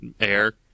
air